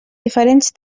diferents